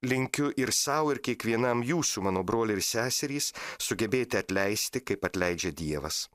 linkiu ir sau ir kiekvienam jūsų mano broliai ir seserys sugebėti atleisti kaip atleidžia dievas